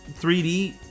3d